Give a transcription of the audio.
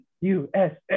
USA